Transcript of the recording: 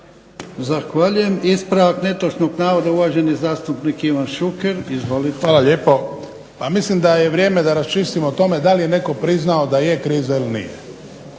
Zahvaljujem. Ispravak netočnog navoda uvaženi zastupnik Ivan Šuker. Izvolite. **Šuker, Ivan (HDZ)** Hvala lijepo. Pa mislim da je vrijeme da raščistimo o tome da li je netko priznao da je kriza ili nije.